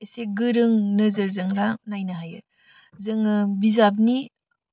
एसे गोरों नोजोरजों रा नायनो हायो जोङो बिजाबनि